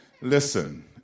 Listen